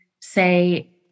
say